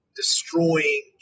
destroying